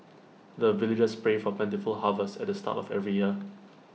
the villagers pray for plentiful harvest at the start of every year